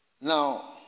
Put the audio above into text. now